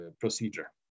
procedure